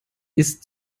ist